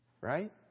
Right